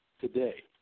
today